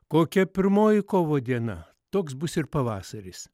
kokia pirmoji kovo diena toks bus ir pavasaris